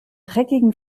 dreckigen